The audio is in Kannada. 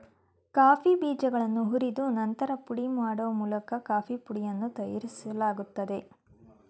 ಕಾಫಿ ಬೀಜಗಳನ್ನು ಹುರಿದು ನಂತರ ಪುಡಿ ಮಾಡೋ ಮೂಲಕ ಕಾಫೀ ಪುಡಿಯನ್ನು ತಯಾರಿಸಲಾಗ್ತದೆ